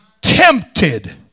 tempted